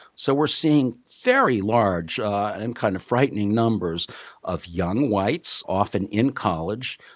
so we're seeing very large and kind of frightening numbers of young whites, often in college,